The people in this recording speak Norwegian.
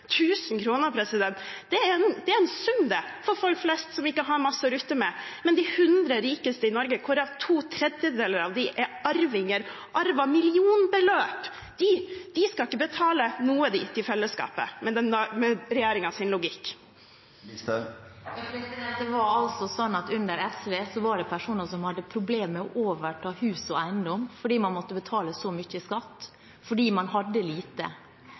Det er en sum, det, for folk flest som ikke har masse å rutte med. Men de hundre rikeste i Norge, hvorav to tredjedeler av dem er arvinger – de arver millionbeløp – skal ikke betale noe inn til fellesskapet, med regjeringens logikk. Det var altså slik at under SV var det personer som hadde problemer med å overta hus og eiendom fordi man måtte betale så mye i skatt, fordi man hadde lite.